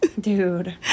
Dude